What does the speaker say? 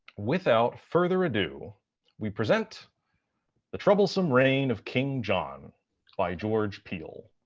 without further ado we present the troublesome reign of king john by george peele